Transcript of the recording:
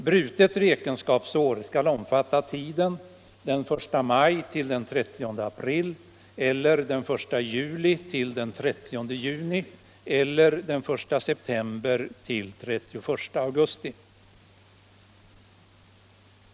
Brutet räkenskapsår skall omfatta tiden den 1 maj-den 30 april, den 1 juli-den 30 juni eller den I september-den 31 augusti.